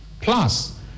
plus